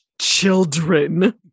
children